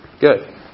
Good